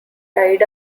tied